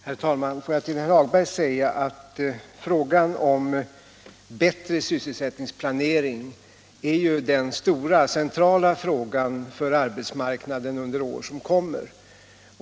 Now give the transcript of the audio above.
Herr talman! Låt mig till herr Hagberg säga att bättre sysselsättningsplanering ju är den stora, centrala frågan för arbetsmarknaden under år som kommer.